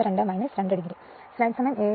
92 2 degree